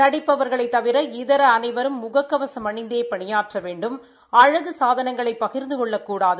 நடிப்பவர்களைத் தவிர இதர அனைவரும் முக கவசும் அணிந்தே பணியாற்ற வேண்டும் அழகு சாதனங்களை பகிர்ந்து கொள்ளக்கூடாது